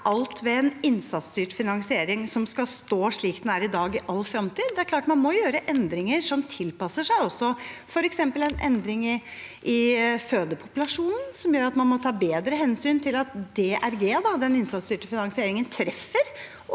alt ved en innsatsstyrt finansiering som skal stå slik den er i dag, i all fremtid. Det er klart at man må gjøre endringer og tilpasse det også til f.eks. en endring i fødepopulasjon, som gjør at man må ta bedre hensyn til at DRG og den innsatsstyrte finansieringen treffer